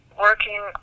working